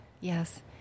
yes